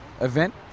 event